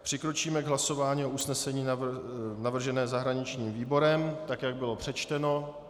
Přikročíme k hlasování o usnesení navrženém zahraničním výborem tak, jak bylo přečteno.